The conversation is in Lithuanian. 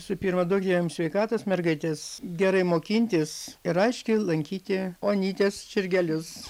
visų pirma duok jum sveikatos mergaitės gerai mokintis ir aiškiai lankyti onytės žirgelius